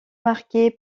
marqué